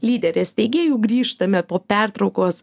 lyderė steigėjų grįžtame po pertraukos